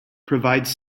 provides